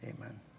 Amen